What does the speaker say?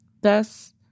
Thus